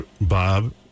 Bob